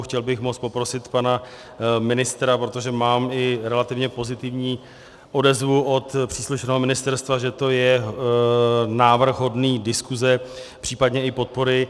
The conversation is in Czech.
Chtěl bych moc poprosit pana ministra, protože mám i relativně pozitivní odezvu od příslušného ministerstva, že to je návrh hodný diskuze, případně i podpory.